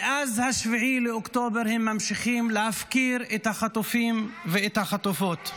מאז 7 באוקטובר הם ממשיכים להפקיר את החטופים ואת החטופות.